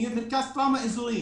זה מרכז אזורי